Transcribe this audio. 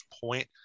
point